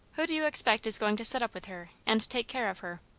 who do you expect is going to sit up with her and take care of her?